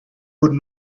would